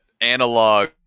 analog